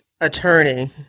attorney